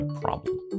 problem